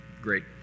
great